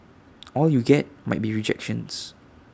all you get might be rejections